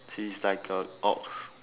she is like a ox